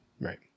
Right